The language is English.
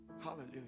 Hallelujah